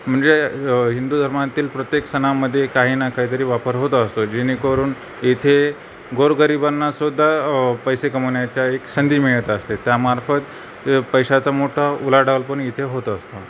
म्हणजे हिंदू धर्मातील प्रत्येक सणामध्ये काही ना काहीतरी वापर होत असतो जेणेकरून इथे गोरगरिबांनासुद्धा पैसे कमवण्याचा एक संधी मिळत असते त्यामार्फत पैशाचा मोठा उलाढालपण इथे होत असतं